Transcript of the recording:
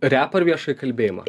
repą ar viešąjį kalbėjimą